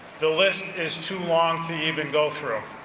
the list is too long to even go through.